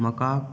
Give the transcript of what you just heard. Macao